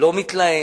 לא מתלהם,